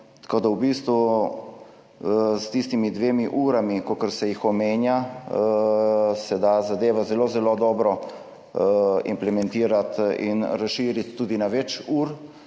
Tako da v bistvu s tistima dvema urama, kolikor se jih omenja, se da zadevo zelo zelo dobro implementirati in razširiti tudi na več ur.